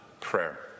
prayer